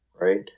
right